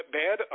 bad